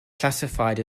classified